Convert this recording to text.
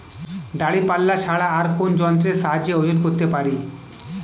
দাঁড়িপাল্লা ছাড়া আর কোন যন্ত্রের সাহায্যে ওজন করতে পারি?